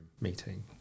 meeting